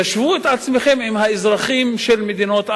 תשוו את עצמכם לאזרחים של מדינות ערב,